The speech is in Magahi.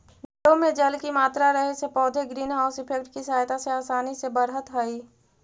जड़ों में जल की मात्रा रहे से पौधे ग्रीन हाउस इफेक्ट की सहायता से आसानी से बढ़त हइ